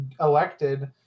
elected